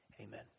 Amen